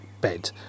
bed